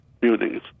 buildings